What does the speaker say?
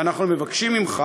ואנחנו מבקשים ממך